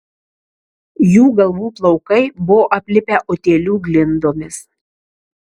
jų galvų plaukai buvo aplipę utėlių glindomis